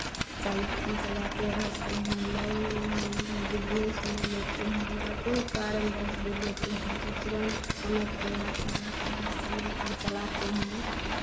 चल चलाते रहते हैं लोन हम बिज़नेस में लेते हैं या कोई कारणवश भी लेते हैं तो तुरंत समय पर याद चल आता है समय पर चल आते हैं